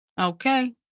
Okay